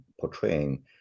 portraying